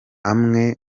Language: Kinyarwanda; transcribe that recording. amwe